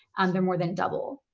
they're more than double.